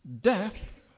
Death